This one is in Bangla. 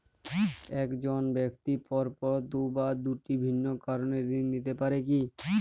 এক জন ব্যক্তি পরপর দুবার দুটি ভিন্ন কারণে ঋণ নিতে পারে কী?